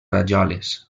rajoles